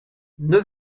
neuf